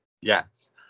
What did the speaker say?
Yes